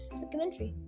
documentary